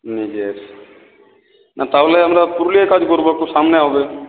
নিজের না তাহলে আমরা পুরুলিয়ায় কাজ করব তো সামনে হবে